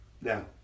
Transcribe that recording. now